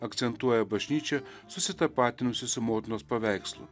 akcentuoja bažnyčia susitapatinusi su motinos paveikslu